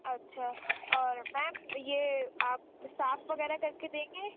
اچھا اور میم یہ آپ صاف وغیرہ کرکے دیں گے